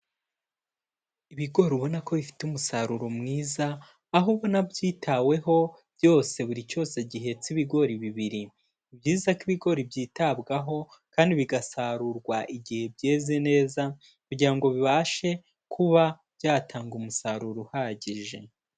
Ibigori ubona ko bifite umusaruro mwiza aho ubona byitaweho byose buri cyose gihetse ibigori bibiri, ni byiza ko ibigori byitabwaho kandi bigasarurwa igihe byeze neza kugira ngo bibashe kuba byatanga umusaruro uhagije.